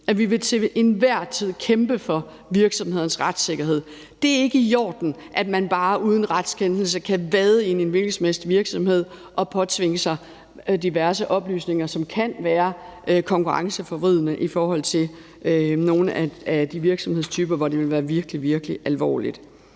at vi til enhver tid vil kæmpe for virksomhedernes retssikkerhed. Det er ikke i orden, at man bare uden retskendelse kan vade ind i en hvilken som helst virksomhed og påtvinge sig diverse oplysninger, som kan være konkurrenceforvridende i forhold til nogle af de virksomhedstyper, hvor det vil være virkelig, virkelig alvorligt.